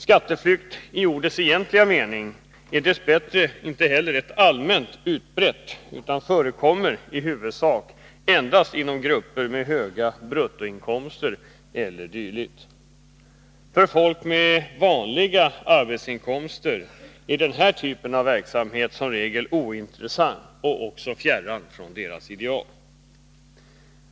Skatteflykt i ordets egentliga mening är dess bättre inte heller allmänt utbredd, utan förekommer i huvudsak endast inom grupper med höga bruttoinkomster e. d. För folk med vanliga arbetsinkomster är denna typ av verksamhet som regel ointressant, och även fjärran från deras ideal.